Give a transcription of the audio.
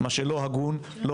אני לא